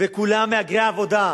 וכולם מהגרי עבודה.